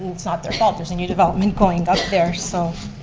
it's not their fault, there's a new development going up there. so,